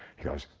he goes,